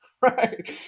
right